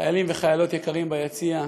חיילים וחיילות יקרים ביציע,